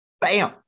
bam